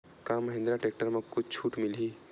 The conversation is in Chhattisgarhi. का महिंद्रा टेक्टर म कुछु छुट मिलही?